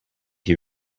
you